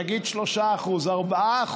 נגיד 3% או 4%,